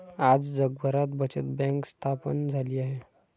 आज जगभरात बचत बँक स्थापन झाली आहे